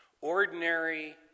ordinary